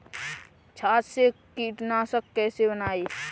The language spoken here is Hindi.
छाछ से कीटनाशक कैसे बनाएँ?